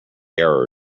error